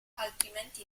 altrimenti